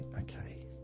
okay